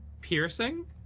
piercing